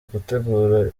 gutegura